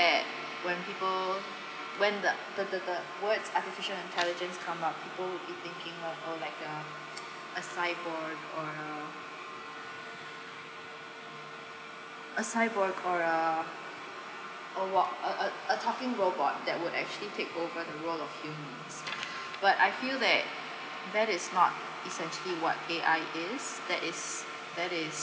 when people when the the the the words artificial intelligence come out people would be thinking of oh like uh a cyborg or uh a cyborg or uh a walk uh uh a talking robot that would actually take over the world of humans but I feel that that is not essentially what A_I is that is that is